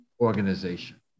organization